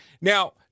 Now